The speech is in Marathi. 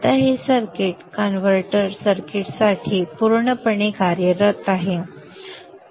आता हे सर्किट कन्व्हर्टर सर्किटसाठी पूर्णपणे कार्यरत आहे